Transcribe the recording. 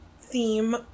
theme